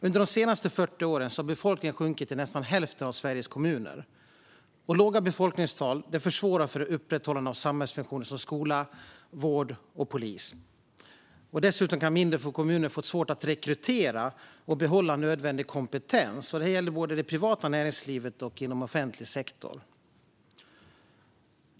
Under de senaste 40 åren har befolkningen sjunkit i nästan hälften av Sveriges kommuner. Låga befolkningstal försvårar upprätthållandet av samhällsfunktioner som skola, vård och polis. Dessutom kan mindre kommuner få svårt att rekrytera och behålla nödvändig kompetens. Detta gäller både inom det privata näringslivet och inom offentlig sektor.